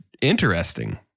interesting